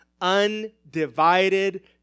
undivided